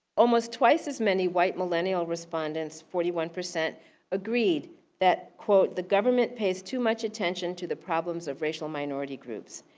almost twice as many white millennial respondents, forty one, agreed that, quote, the government pays too much attention to the problems of racial minority groups,